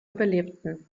überlebten